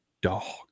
dog